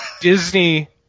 Disney